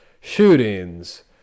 shootings